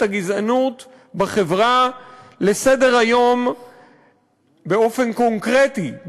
הגזענות בחברה לסדר-היום באופן קונקרטי,